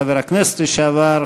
חבר הכנסת לשעבר,